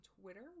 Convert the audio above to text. twitter